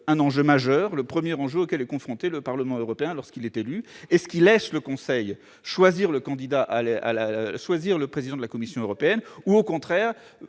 un enjeu majeur, le premier enjeu auquel est confronté le Parlement européen lorsqu'il est élu. Laisse-t-il le Conseil choisir le président de la Commission européenne ou, au contraire,